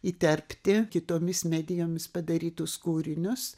įterpti kitomis medijomis padarytus kūrinius